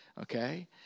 Okay